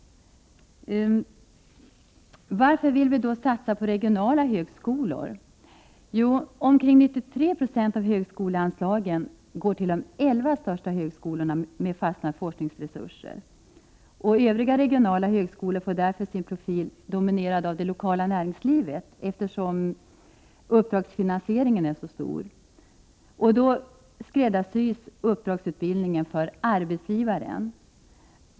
Varför vill vi då satsa på regionala högskolor? 93 90 av högskoleanslagen går till de 11 största högskolorna med fasta forskningsresurser. De övriga regionala högskolorna får därför sina profiler dominerade av det lokala näringslivet, eftersom uppdragsfinansieringen är så stor. Uppdragsutbildningen skräddarsys då för arbetsgivaren.